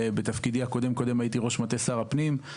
בתפקידי הקודם-קודם הייתי ראש מטה שר הפנים,